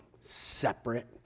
separate